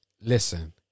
listen